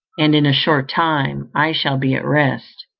and in a short time i shall be at rest.